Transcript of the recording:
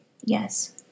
Yes